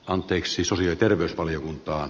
anteeksi sonja terveysvaliokuntaan